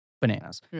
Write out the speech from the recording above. Bananas